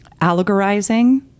allegorizing